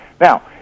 Now